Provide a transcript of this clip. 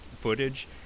footage